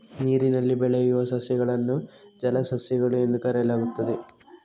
ನೀರಿನಲ್ಲಿ ಬೆಳೆಯುವ ಸಸ್ಯಗಳನ್ನು ಜಲಸಸ್ಯಗಳು ಎಂದು ಕರೆಯಲಾಗುತ್ತದೆ